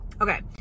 Okay